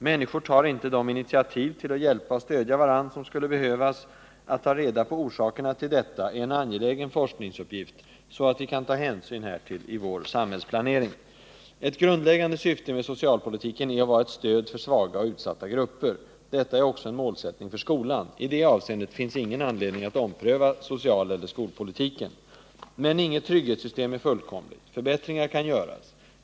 Människor tar inte de initiativ till att hjälpa och stödja varandra som skulle behövas. Att ta reda på orsakerna till detta är en angelägen forskningsuppgift, så att vi kan ta hänsyn härtill i vår samhällsplanering. Ett grundläggande syfte med socialpolitiken är att vara ett stöd för svaga och utsatta grupper. Detta är också en målsättning för skolan. I det avseendet finns ingen anledning att ompröva socialeller skolpolitiken. Men inget trygghetssystem är fullkomligt. Förbättringar kan göras.